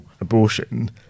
abortion